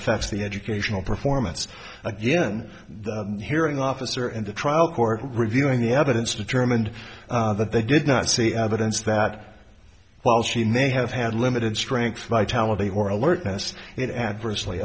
affects the educational performance again the hearing officer the trial court reviewing the evidence determined that they did not see evidence that while she may have had limited strength vitality or alertness it adversely